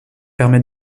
permet